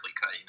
cut